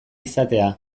izatea